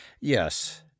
yes